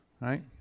right